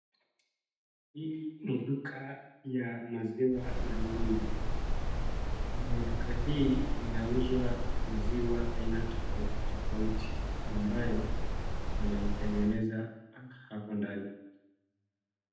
Hii ni duka ya maziwa la ng'ombe kwenye duka hii inauzwa maziwa tofauti tofauti ambayo wanaitengeneza hapo ndani.